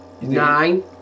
Nine